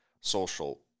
social